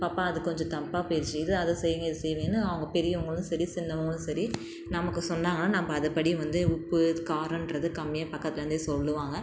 பாப்பா அது கொஞ்சம் தப்பா போய்டுச்சி இது அதை செய்யுங்க இதை செய்யுங்கனு அவங்க பெரியவங்களும் சரி சின்னவங்களும் சரி நமக்கு சொன்னாங்கனால் நம்ம அதுபடி வந்து உப்பு காரன்றது கம்மியாக பக்கத்துலேருந்தே சொல்லுவாங்க